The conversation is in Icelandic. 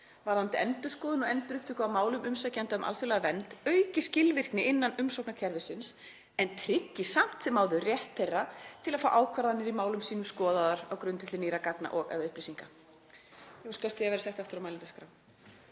varðandi endurskoðun og endurupptöku á málum umsækjenda um alþjóðlega vernd auki skilvirkni innan umsóknarkerfisins en tryggi samt sem áður rétt þeirra til að fá ákvarðanir í málum sínum skoðaðar á grundvelli nýrra gagna og/eða upplýsinga.“ Ég óska eftir að verða sett aftur á mælendaskrá.